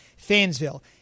Fansville